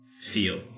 feel